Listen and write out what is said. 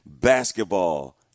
basketball